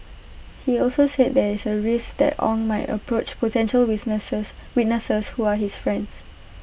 he also said there is A risk that Ong might approach potential witnesses who are his friends